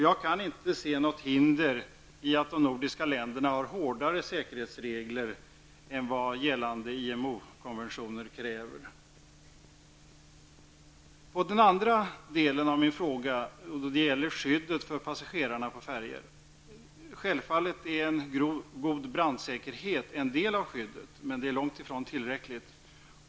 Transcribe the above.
Jag kan inte se något hinder för att de nordiska länderna har hårdare säkerhetsregler än vad gällande IMO-konventioner kräver. Den andra delen av min fråga gäller skyddet för passagerarna på färjor. Självfallet är en god brandsäkerhet en del av skyddet, men det är långt ifrån tillräckligt.